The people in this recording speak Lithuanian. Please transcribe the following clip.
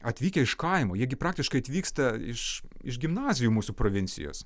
atvykę iš kaimo jie gi praktiškai atvyksta iš iš gimnazijų mūsų provincijos